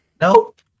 Nope